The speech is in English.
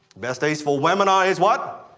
best days for webinar is what?